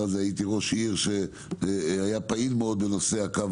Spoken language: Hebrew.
הייתי ראש עיר שהיה פעיל מאוד בנושא הקו